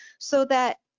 so that